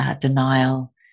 denial